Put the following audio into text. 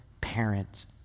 parent